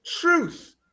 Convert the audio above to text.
truth